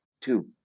two